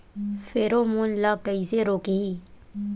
Pheromone ला कइसे रोकही?